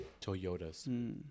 Toyotas